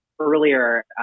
Earlier